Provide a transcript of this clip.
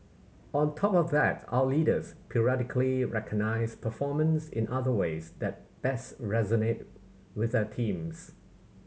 on top of that our leaders periodically recognise performance in other ways that best resonate with their teams